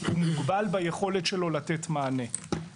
מוגבל ביכולת שלו לתת מענה.